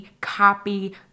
copy